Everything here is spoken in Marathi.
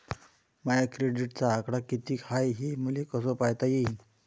माया क्रेडिटचा आकडा कितीक हाय हे मले कस पायता येईन?